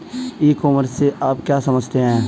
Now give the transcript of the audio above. ई commerce से आप क्या समझते हैं?